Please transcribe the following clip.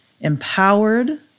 empowered